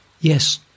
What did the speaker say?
Yes